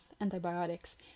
antibiotics